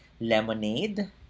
Lemonade